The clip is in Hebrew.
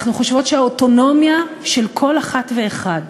אנחנו חושבות שהאוטונומיה של כל אחת ואחד